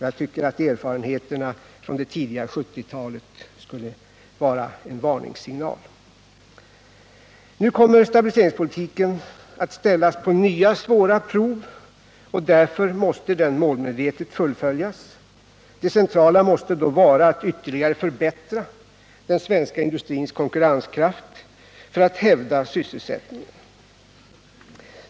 Jag tycker att erfarenheterna från det tidiga 1970-talet skulle avskräcka. Nu kommer stabiliseringspolitiken att ställas på nya svåra prov, och därför måste den målmedvetet fullföljas. Det centrala måste då vara att ytterligare förbättra den svenska industrins konkurrenskraft för att hävda sysselsättningen.